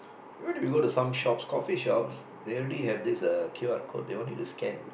even if we go to some shops coffee shops they already have this uh Q_R code they want you to scan